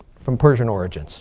from persian origins